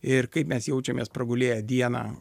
ir kaip mes jaučiamės pragulėję dieną